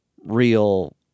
real